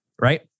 right